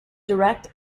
direct